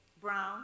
Brown